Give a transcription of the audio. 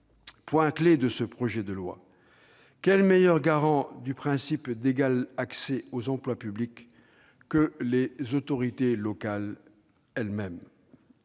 point clé de ce projet de loi, quel meilleur garant du principe d'égal accès aux emplois publics que les autorités locales elles-mêmes ?